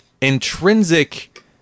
intrinsic